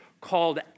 called